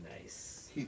Nice